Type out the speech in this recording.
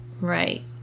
Right